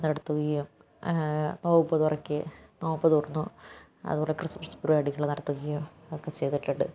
നടത്തുകയും നോമ്പു തുറയ്ക്ക് നോമ്പ് തുറന്നും അതുപോലെ ക്രിസ്മസ് പരിപാടികൾ നടത്തുകയും ഒക്കെ ചെയ്തിട്ടുണ്ട്